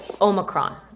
Omicron